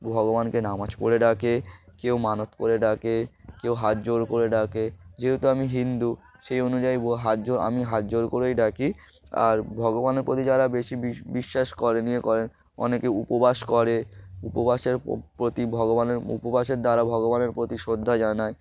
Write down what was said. ভগবানকে নামাজ পড়ে ডাকে কেউ মানত করে ডাকে কেউ হাত জোড় করে ডাকে যেহেতু আমি হিন্দু সেই অনুযায়ী হাত জোড় আমি হাত জোড় করেই ডাকি আর ভগবানের প্রতি যারা বেশি বিশ বিশ্বাস করেন ইয়ে করেন অনেকে উপবাস করে উপবাসের প্রতি ভগবানের উপবাসের দ্বারা ভগবানের প্রতি শ্রদ্ধা জানায়